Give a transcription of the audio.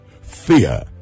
fear